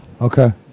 Okay